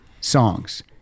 songs